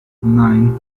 nine